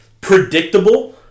predictable